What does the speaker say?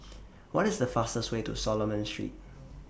What IS The fastest Way to Solomon Street